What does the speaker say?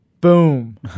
Boom